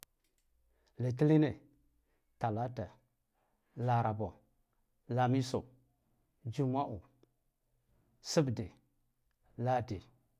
Litline, talata, larabo, lamiso, jumma'o, sabde, lade.